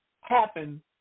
happen